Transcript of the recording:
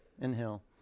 inhale